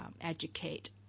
educate